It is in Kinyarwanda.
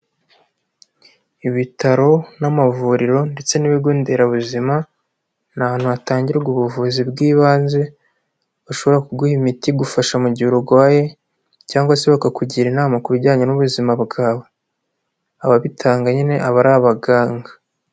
Ibitaro n'amavuriro ndetse n'ibigo nderabuzima, ni ahantu hatangirwa ubuvuzi bw'ibanze, bashobora kuguha imiti igufasha mu gihe urwaye cyangwa se bakakugira inama ku bijyanye n'ubuzima bwawe, ababitanga nyine aba ari abaganga.